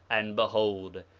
and behold,